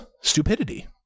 stupidity